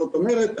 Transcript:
זאת אומרת,